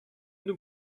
nous